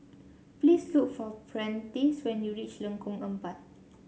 please look for Prentice when you reach Lengkong Empat